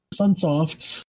Sunsoft